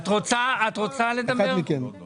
שלום הרב גפני,